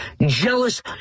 jealous